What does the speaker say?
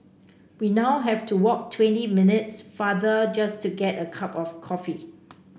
we now have to walk twenty minutes farther just to get a cup of coffee